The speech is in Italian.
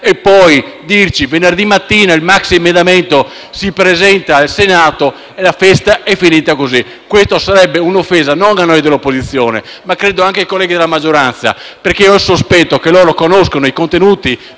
per poi dirci venerdì mattina che il maxiemendamento si presenta al Senato e la festa è finita così. Questa sarebbe un'offesa, non solo per noi dell'opposizione, ma credo anche per i colleghi della maggioranza, che ho il sospetto che conoscano i contenuti